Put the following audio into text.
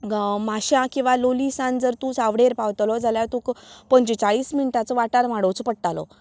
माशां किवां लोलयें सावन जर तूं चावडेर पावतलो जाल्यार तुका पंचेचाळीस मिनटांचो वाठार वाडवचो पडटालो